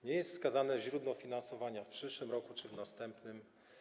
Nie jest wskazane źródło finansowania w przyszłym roku czy w roku następnym.